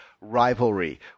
rivalry